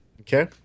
Okay